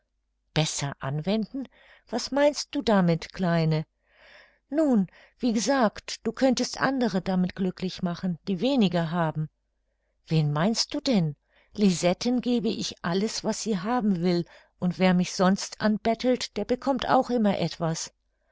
besser anwenden was meinst du damit kleine nun wie gesagt du könntest andere damit glücklich machen die weniger haben wen meinst du denn lisetten gebe ich alles was sie haben will und wer mich sonst anbettelt der bekommt auch immer etwas